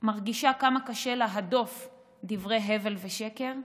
מרגישה כמה קשה להדוף דברי הבל ושקר,